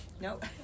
Nope